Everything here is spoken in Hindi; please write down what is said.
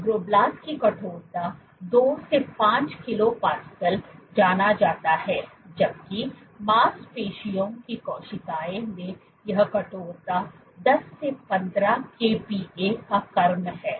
फाइब्रोब्लास्ट को कठोरता 2 5 किलो पास्कल जाना जाता है जबकि मांसपेशियों की कोशिकाएं में यह कठोरता 10 15 केपीए का क्रम है